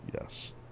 yes